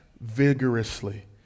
vigorously